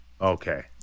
Okay